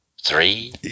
three